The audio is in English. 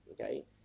okay